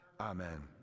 Amen